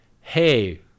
hey